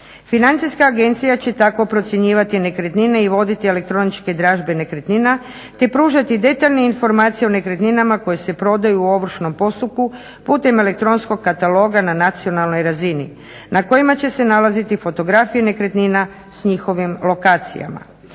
Financijska agencija će tako procjenjivati nekretnine i voditi elektroničke dražbe nekretnina te pružati detaljne informacije o nekretninama koje se prodaju u ovršnom postupku putem elektronskog kataloga na nacionalnoj razini na kojima će se nalaziti fotografije nekretnina s njihovim lokacijama.